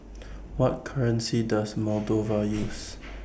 What currency Does Moldova use